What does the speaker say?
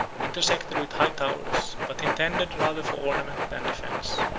intersected with high towers, but intended rather for ornament than defence.